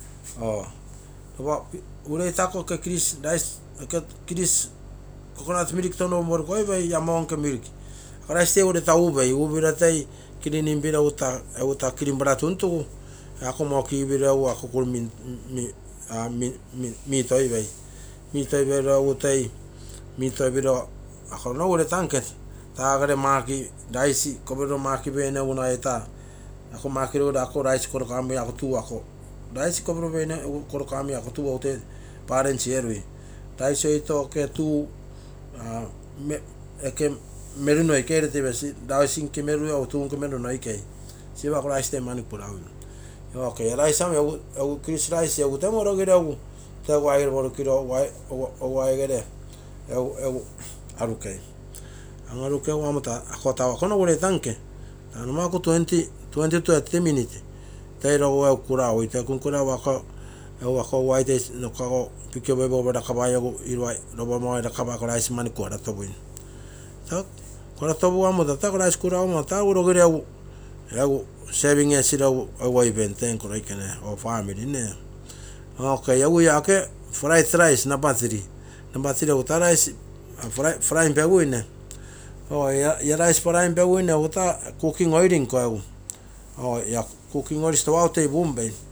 Lopa ureita ako rice ia moo nke milk tono penporukoipei rice toi ureita upiro clean esiro egu taa clean etasi tuntun egu iko moo kigipasi minkoipei ako nogu reinke taa rice nke meru toi togui akogo kuru, siropiro egu iko oguai gere porukiro egu kagagugu oguai pikiopoipegu kagagugui, kagugu egu rogiro serving etei, egu fried rice egu taa cooking oil nko.